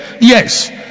yes